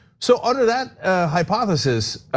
so under that hypothesis,